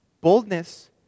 Boldness